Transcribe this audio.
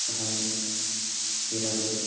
സഹായം തേടാറുള്ളൂ